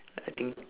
I think